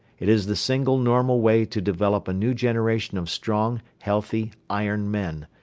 it is the single normal way to develop a new generation of strong, healthy, iron men,